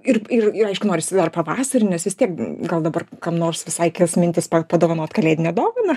ir ir ir aišku norisi dar pavasarį nes vis tiek gal dabar kam nors visai kils mintis pa padovanot kalėdinę dovaną